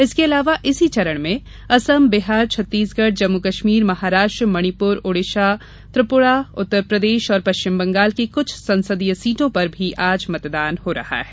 इसके अलावा इसी चरण में असम बिहार छत्तीसगढ़ जम्मू कश्मीर महाराष्ट्र मणिपुर ओडिसा त्रिपुरा उत्तर प्रदेश और पश्चिम बंगाल की कुछ संसदीय सीटों पर भी आज मतदान हो रहा है